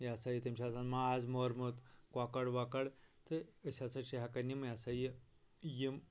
یہِ ہَسا یہِ تٔمۍ چھِ آسَان ماز مورمُت کۄکَر وۄکَر تہٕ أسۍ ہَسا چھِ ہٮ۪کَان یِم یہِ ہَسا یہِ یِم